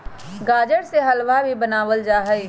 गाजर से हलवा भी बनावल जाहई